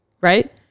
right